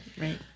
Right